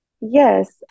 Yes